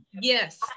Yes